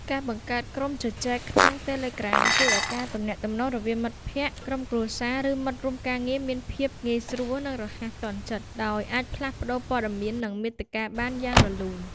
ការបង្កើតក្រុមជជែកក្នុង Telegram ជួយឲ្យការទំនាក់ទំនងរវាងមិត្តភក្តិ ក្រុមគ្រួសារ ឬមិត្តរួមការងារមានភាពងាយស្រួល និងរហ័សទាន់ចិត្ត ដោយអាចផ្លាស់ប្តូរព័ត៌មាន និងមាតិកាបានយ៉ាងរលូន។